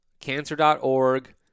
cancer.org